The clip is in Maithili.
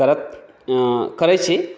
करत करै छै